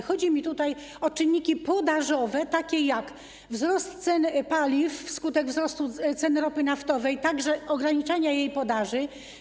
Chodzi mi tutaj o czynniki podażowe, o wzrost cen paliw wskutek wzrostu ceny ropy naftowej, a także ograniczania jej podaży.